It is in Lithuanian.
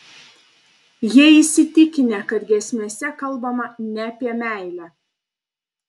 jie įsitikinę kad giesmėse kalbama ne apie meilę